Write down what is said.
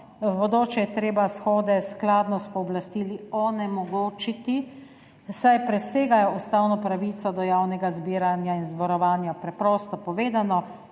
v bodoče shode skladno s pooblastili onemogočiti, saj presegajo ustavno pravico do javnega zbiranja in zborovanja. Preprosto povedano,